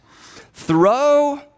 throw